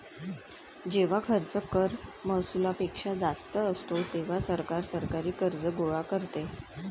जेव्हा खर्च कर महसुलापेक्षा जास्त असतो, तेव्हा सरकार सरकारी कर्ज गोळा करते